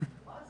כחול לבן שניים,